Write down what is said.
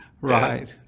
Right